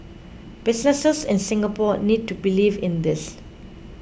businesses in Singapore need to believe in this